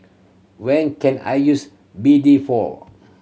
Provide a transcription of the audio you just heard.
when can I use B D for